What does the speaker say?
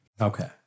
Okay